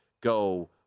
go